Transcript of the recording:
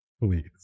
Please